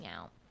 out